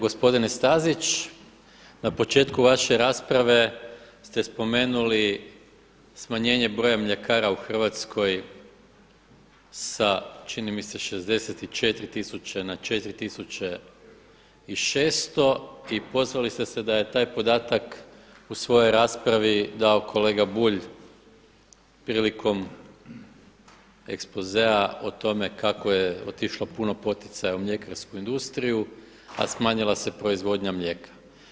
Gospodine Stazić, na početku vaše rasprave ste spomenuli smanjenje broja mljekara u Hrvatskoj da čini mi se 64 tisuće na 4 tisuće i 600 i pozvali ste se da je taj podatak u svojoj raspravi dao kolega Bulj prilikom ekspozea o tome kako je otišlo puno poticaja u mljekarsku industriju a smanjila se proizvodnja mlijeka.